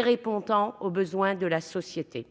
répondre aux besoins de la société.